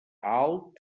alt